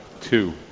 Two